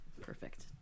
Perfect